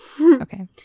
Okay